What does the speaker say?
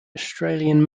australian